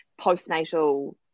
postnatal